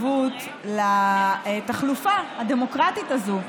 לתחלופה הדמוקרטית הזו,